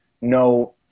no